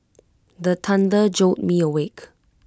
the thunder jolt me awake